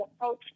approach